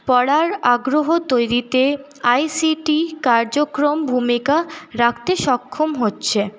পড়ার আগ্রহ তৈরিতে আইসিটি কার্যক্রম ভূমিকা রাখতে সক্ষম হচ্ছে